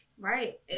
Right